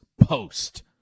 post